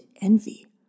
envy